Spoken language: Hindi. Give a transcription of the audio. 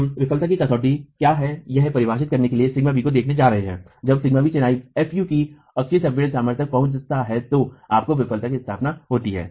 हम विफलता की कसौटी क्या हैयह परिभाषित करने के लिए σb को देखने जा रहे हैं जब σb चिनाई fu की अक्षिय संपीड़ित सामर्थ्य तक पहुँचता है तो आपको विफलता की स्थापना होती है